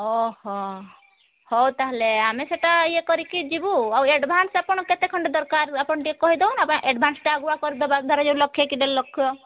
ଓହୋ ହେଉ ତାହେଲେ ଆମେ ସେଇଟା ଇଏ କରିକି ଯିବୁ ଆଉ ଆଡ଼ଭାନ୍ସ ଆପଣ କେତେ ଖଣ୍ଡେ ଦରକାର ଆପଣ ଟିକିଏ କହି ଦୋଉନ ଆଡ଼ଭାନ୍ସଟା ଆଗୁଆ ଟିକିଏ କରିଦେବା ଧରାଯାଉ ଲକ୍ଷେ ଦେଢ଼ ଲକ୍ଷ